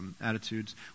attitudes